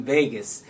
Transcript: Vegas